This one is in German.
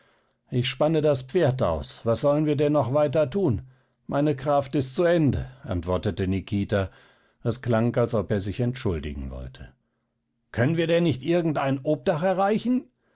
ich spanne das pferd aus was sollen wir denn noch weiter tun meine kraft ist zu ende antwortete nikita es klang als ob er sich entschuldigen wollte können wir denn nicht irgendein obdach erreichen